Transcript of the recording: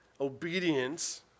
obedience